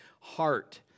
Heart